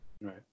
Right